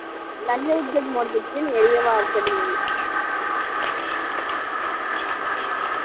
अवाज गड्डियें दी